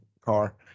car